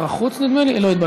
הצעת חוק השתלת אברים (תיקון,